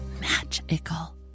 magical